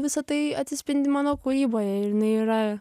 visa tai atsispindi mano kūryboje ir jinai yra